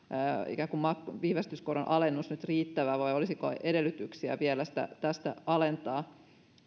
ikään kuin viivästyskoron alennus nyt riittävä vai olisiko edellytyksiä vielä sitä tästä alentaa